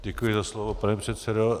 Děkuji za slovo, pane předsedo.